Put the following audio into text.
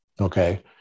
Okay